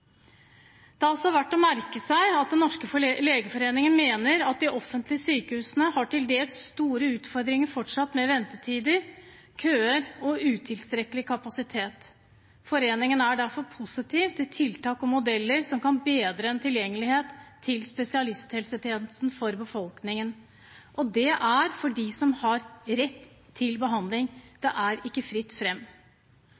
Det er også verd å merke seg at Den norske legeforening mener at de offentlige sykehusene har fortsatt til dels store utfordringer med ventetider, køer og utilstrekkelig kapasitet. Foreningen er derfor positiv til tiltak og modeller som kan gi bedre tilgjengelighet til spesialisthelsetjenesten for befolkningen. Det gjelder for dem som har rett til behandling – det er ikke fritt